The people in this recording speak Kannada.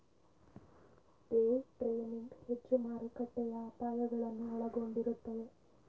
ಡೇ ಟ್ರೇಡಿಂಗ್ ಹೆಚ್ಚು ಮಾರುಕಟ್ಟೆಯ ಅಪಾಯಗಳನ್ನು ಒಳಗೊಂಡಿರುತ್ತದೆ